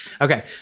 Okay